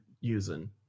using